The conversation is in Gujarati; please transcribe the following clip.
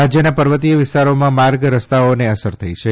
રાજ્યના પર્વતીય વિસ્તારોમાં માર્ગ રસ્તાઓને અસર થઇ છે